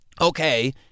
okay